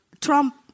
Trump